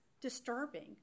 disturbing